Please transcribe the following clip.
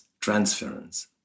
transference